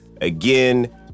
again